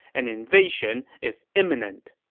an invasion is imminent.